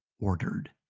Ordered